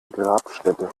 grabstätte